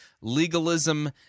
legalism